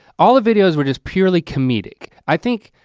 all the videos were just purely comedic. i think,